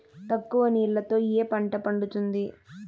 తక్కువ నీళ్లతో ఏ పంట పండుతుంది?